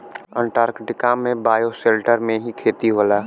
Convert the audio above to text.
Antarctica में bioshelter में ही खेती होला